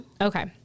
okay